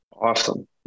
Awesome